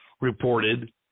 reported